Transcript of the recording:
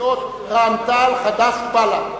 סיעות רע"ם-תע"ל, חד"ש ובל"ד,